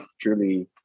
truly